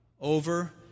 over